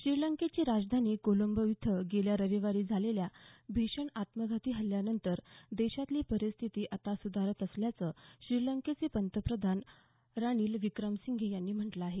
श्रीलंकेची राजधानी कोलंबो इथं गेल्या रविवारी झालेल्या भीषण आत्मघाती हल्ल्यानंतर देशातली परिस्थिती आता सुधारत असल्याचं श्रीलंकेचे पंतप्रधान रानिल विक्रमसिंघे यांनी म्हटलं आहे